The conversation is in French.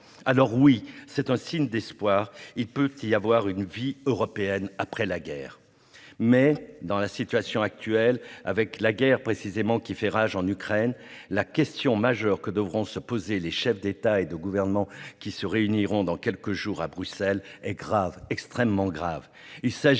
Schengen. C'est un signe d'espoir : il peut y avoir une vie européenne après la guerre. Cependant, dans la situation actuelle, avec la guerre qui fait rage en Ukraine, la question majeure que devront se poser les chefs d'État et de gouvernement qui se réuniront dans quelques jours à Bruxelles est grave, extrêmement grave.